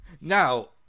Now